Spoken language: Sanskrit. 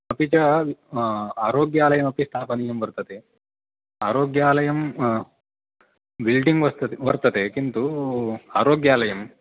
अपि च आरोग्यालयमपि स्थापनीयं वर्तते आरोग्यालयं बिल्डिङ्ग् वर्तते वर्तते किन्तु आरोग्यालयं